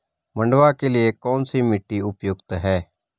मंडुवा के लिए कौन सी मिट्टी उपयुक्त है?